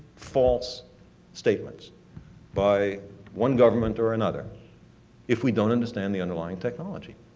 false statements by one government or another if we don't understand the underlying technology?